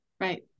right